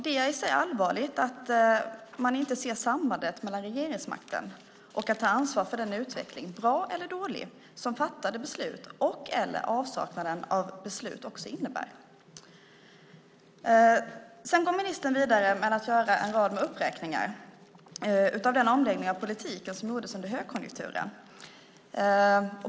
Det är allvarligt att man inte ser sambandet mellan att inneha regeringsmakten och ta ansvar för den utveckling, bra eller dålig, som fattade beslut och/eller avsaknaden av beslut också innebär. Ministern går vidare med att göra en rad uppräkningar av den omläggning av politiken som gjordes under högkonjunkturen.